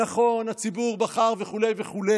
נכון, הציבור בחר וכו' וכו',